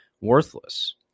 worthless